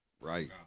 Right